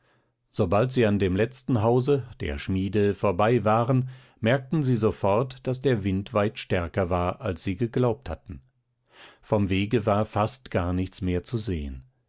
sobald sie an dem letzten hause der schmiede vorbei waren merkten sie sofort daß der wind weit stärker war als sie geglaubt hatten vom wege war fast gar nichts mehr zu sehen